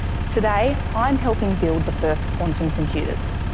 today, i am helping build the first quantum computers.